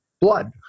blood